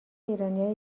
ایرانیا